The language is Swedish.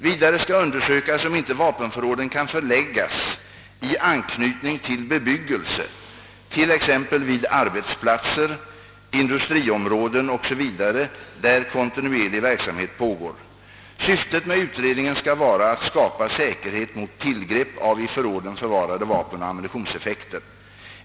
Vidare skall undersökas om inte vapenförråden kan förläggas i anknytning till bebyggelse, t.ex. vid arbetsplatser och industriområden, där kontinuerlig verksamhet pågår. Syftet med utredningen skall vara att skapa säkerhet mot tillgrepp av i förråden förvarade vapen och ammunitionseffekter.